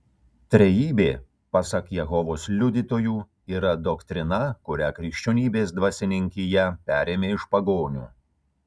trejybė pasak jehovos liudytojų yra doktrina kurią krikščionybės dvasininkija perėmė iš pagonių